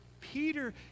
Peter